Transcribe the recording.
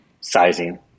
sizing